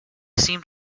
seemed